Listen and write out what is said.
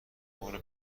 برو